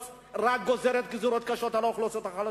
גוזרת גזירות קשות על האוכלוסיות החלשות.